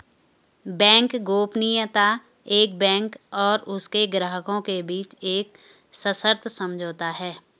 bank गोपनीयता एक bank और उसके ग्राहकों के बीच एक सशर्त समझौता है